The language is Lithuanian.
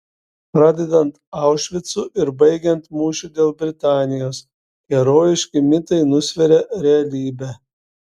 pradedant aušvicu ir baigiant mūšiu dėl britanijos herojiški mitai nusveria realybę